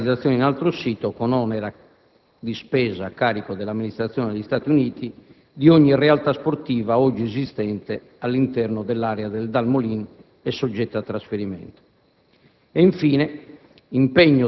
salvaguardia (o realizzazione in altro sito, con onere di spesa a carico dell'amministrazione degli Stati Uniti) di ogni realtà sportiva oggi esistente all'interno dell'area del Dal Molin e soggetta a trasferimento;